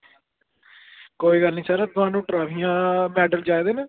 कोई गल्ल निं सर थुहानू ट्रॉफियां मेडल चाहिदे न